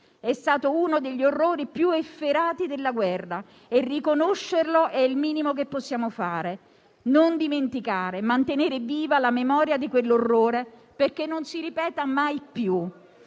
È stato uno degli orrori più efferati della guerra e riconoscerlo è il minimo che possiamo fare; non dimenticare, mantenere viva la memoria di quell'orrore, perché non si ripeta mai più.